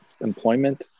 employment